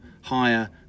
higher